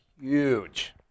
huge